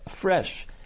fresh